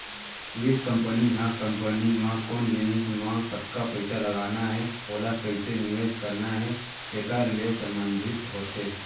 बित्त कंपनी ह कंपनी म कोन जिनिस म कतका पइसा लगाना हे ओला कइसे निवेस करना हे तेकर ले संबंधित होथे